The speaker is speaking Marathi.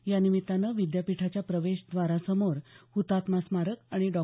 यानिमित्ताने विद्यापीठाच्या प्रवेशद्वारासमोरील हुतात्मा स्मारक आणि डॉ